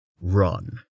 run